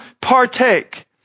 partake